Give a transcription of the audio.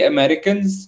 Americans